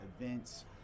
events